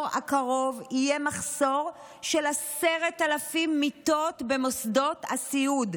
הקרוב יהיה מחסור של 10,000 מיטות במוסדות הסיעוד.